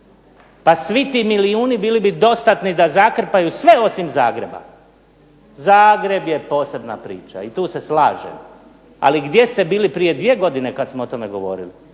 Pa svi ti milijuni bili bi dostatni da zakrpaju sve osim Zagreba. Zagreb je posebna priča i tu se slažem. Ali gdje ste bili prije dvije godine kad smo o tome govorili.